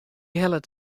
hellet